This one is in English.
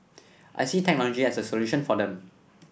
I see technology as a solution for them